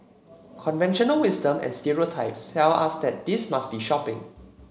conventional wisdom and stereotypes tell us that this must be shopping